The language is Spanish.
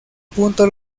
punto